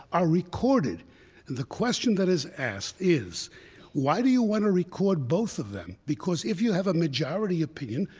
are recorded. and the question that is asked is why do you want to record both of them? because if you have a majority opinion,